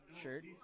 Shirt